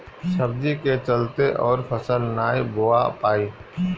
सब्जी के चलते अउर फसल नाइ बोवा पाई